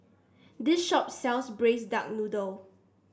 this shop sells Braised Duck Noodle